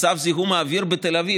על מצב זיהום האוויר בתל אביב,